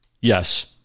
yes